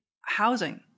housing